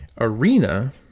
Arena